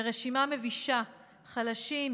לרשימה מבישה: חלשים,